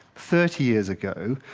thirty years ago,